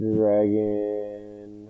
Dragon